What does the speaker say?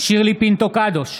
שירלי פינטו קדוש,